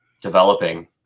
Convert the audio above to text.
developing